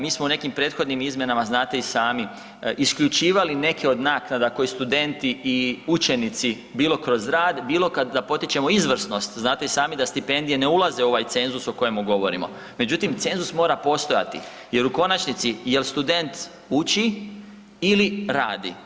Mi smo u nekim prethodnim izmjenama znate i sami isključivali neke od naknada koji studenti i učenici bilo kroz rad, bilo kada potičemo izvrsnost, znate i sami da stipendije ne ulaze u ovaj cenzus o kojemu govorimo, međutim cenzus mora postojati jer u konačnici jel student uči ili radi.